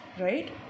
right